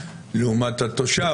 לעומת התושב,